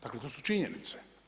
Dakle to su činjenice.